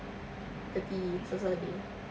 thirty so saturday